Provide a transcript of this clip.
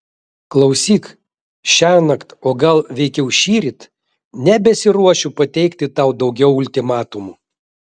klausyk šiąnakt o gal veikiau šįryt nebesiruošiu pateikti tau daugiau ultimatumų